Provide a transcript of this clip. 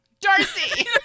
Darcy